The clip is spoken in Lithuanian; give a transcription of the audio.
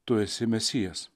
tu esi mesijas